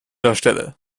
darstelle